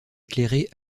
éclairés